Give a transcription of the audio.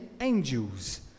angels